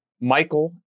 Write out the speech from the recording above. Michael